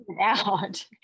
out